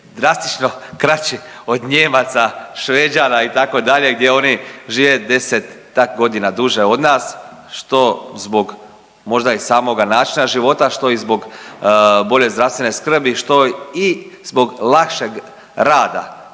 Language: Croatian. drastično kraći od Nijemaca, Šveđana itd. gdje oni žive desetak godina duže od nas što zbog možda i samoga načina života, što i zbog bolje zdravstvene skrbi, što i zbog lakšeg rada.